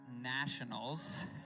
nationals